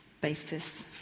basis